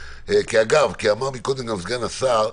אגב, אמר קודם גם סגן השר,